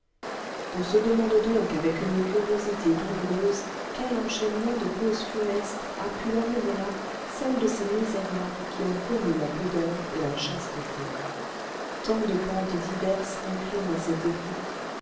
on se demande donc avec une curiosité douloureuse quel enchaînement de causes funestes a pu amener là celles de ces misérables qui ont connu la pudeur et la chasteté tant de pentes diverses inclinent à cet égout